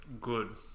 good